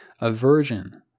Aversion